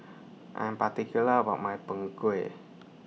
I Am particular about My Png Kueh